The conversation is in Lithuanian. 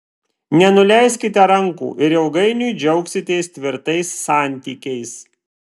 nenuleiskite rankų ir ilgainiui džiaugsitės tvirtais santykiais